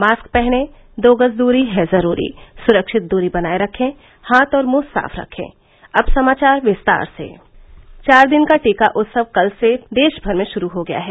mask पहनें दो गज दूरी है जरूरी सुरक्षित दूरी बनाये रखें हाथ और मुंह साफ रखें चार दिन का टीका उत्सव कल से देश भर में शुरू हो गया है